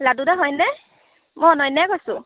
লাটু দা হয়নে মই অনন্যাই কৈছোঁ